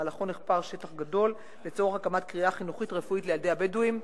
במהלכו נחפש שטח גדול לצורך הקמת קריה חינוכית-רפואית לילדי הבדואים.